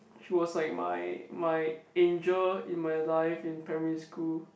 she was like my my angel in my life in primary school